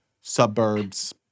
suburbs